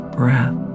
breath